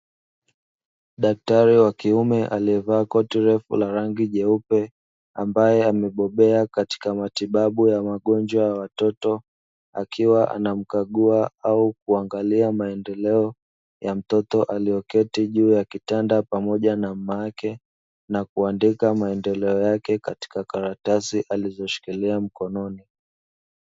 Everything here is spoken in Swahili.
Daktari wa kiume aliyevaa koti refu la rangi nyeupe, ambaye amebobea katika matibabu ya magonjwa ya watoto, akiwa anamkagua au kuangalia maendeleo ya mtoto aliyeketi juu ya kitanda pamoja na mama yake, na kuandika maendeleo yake katika karatasi alizoshikilia mkononi.